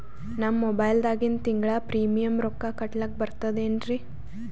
ನಮ್ಮ ಮೊಬೈಲದಾಗಿಂದ ತಿಂಗಳ ಪ್ರೀಮಿಯಂ ರೊಕ್ಕ ಕಟ್ಲಕ್ಕ ಬರ್ತದೇನ್ರಿ?